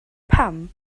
pam